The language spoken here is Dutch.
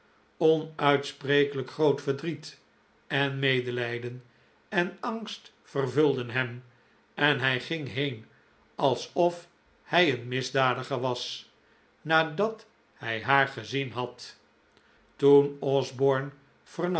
onuitsprekelijk groot verdriet en medelijden en angst vervulden hem en hij ging heen alsof hij een misdadiger was nadat hij haar gezien had toen osborne vernam